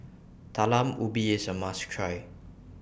Talam Ubi IS A must Try